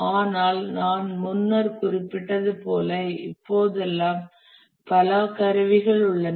ஆனால் நான் முன்னர் குறிப்பிட்டது போல இப்போதெல்லாம் பல கருவிகள் உள்ளன